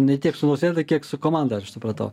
ne tiek su nausėda kiek su komanda aš supratau